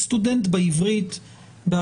הוא סטודנט באוניברסיטה העברית,